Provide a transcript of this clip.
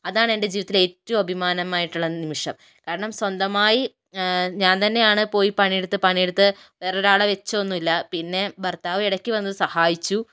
അതാണ് എന്റെ ജീവിതത്തിലെ ഏറ്റവും അഭിമാനകരമായിട്ടുള്ള നിമിഷം കാരണം സ്വന്തമായി ഞാന് തന്നെയാണ് പോയി പണിയെടുത്ത് പണിയെടുത്ത് വേറൊരാളെ വെച്ചതൊന്നും ഇല്ല പിന്നെ ഭര്ത്താവ് ഇടയ്ക്ക് വന്നു സഹായിച്ചു